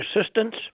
assistance